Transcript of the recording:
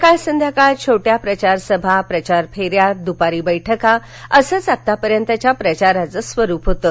सकाळ संध्याकाळ छोट्या प्रचार सभा प्रचार फेऱ्या दुपारी बक्का असंच आतापर्यंतच्या प्रचाराचं स्वरूप होतं